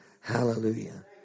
Hallelujah